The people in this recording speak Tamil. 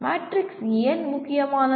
மேட்ரிக்ஸ் ஏன் முக்கியமானது